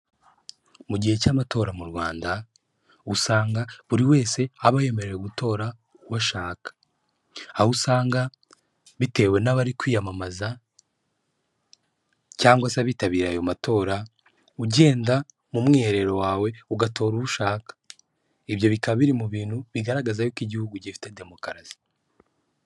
Mu gihe cy'amatora mu Rwanda, usanga buri wese aba yemerewe gutora uwo ashaka aho usanga bitewe n'abari kwiyamamaza cyangwa se abitabiriye ayo matora, ugenda mu mwiherero wawe ugatora uwo ushaka, ibyo bikaba biri mu bintu bigaragaza ko igihugu gifite demukarasi.